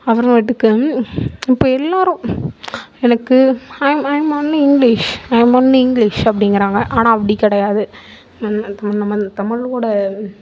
அப்புறமேட்டுக்கு இப்போ எல்லாரும் எனக்கு I'm I'm only English I'm only English அப்படிங்குறாங்க ஆனா அப்படி கிடையாது நம்ம தமிழோட